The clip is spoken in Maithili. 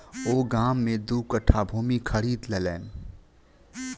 ओ गाम में दू कट्ठा भूमि खरीद लेलैन